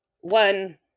one